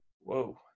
Whoa